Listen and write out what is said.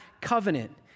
covenant